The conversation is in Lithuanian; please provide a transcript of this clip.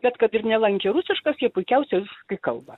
bet kad ir nelankė rusiškas jie puikiausiai rusiškai kalbą